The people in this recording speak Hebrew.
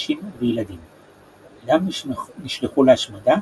נשים וילדים; כולם נשלחו להשמדה